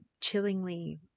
chillingly